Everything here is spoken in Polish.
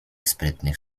sprytnych